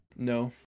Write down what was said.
No